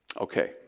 Okay